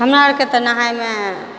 हमरा आओरके तऽ नहाइमे